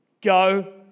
go